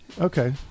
Okay